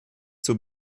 zur